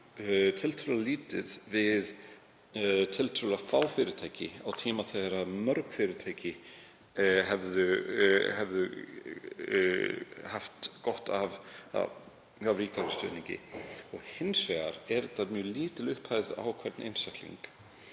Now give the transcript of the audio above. tiltölulega lítið við tiltölulega fá fyrirtæki á tíma þegar mörg fyrirtæki hefðu haft gott af ríkari stuðningi, og hins vegar er þetta mjög lítil upphæð á hvern einstakling.